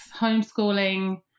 Homeschooling